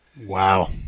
Wow